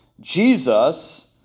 Jesus